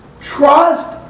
trust